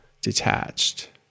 detached